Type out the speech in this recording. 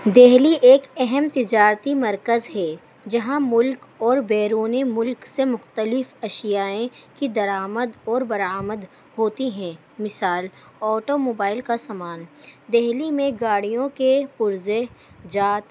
دہلی ایک اہم تجارتی مرکز ہے جہاں ملک اور بیرونی ملک سے مختلف اشیاائیں کی درآمد اور برآمد ہوتی ہیں مثال آٹو موبائل کا سامان دہلی میں گاڑیوں کے پرزے جات